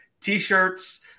t-shirts